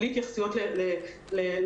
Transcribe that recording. בלי התייחסויות ללבוש,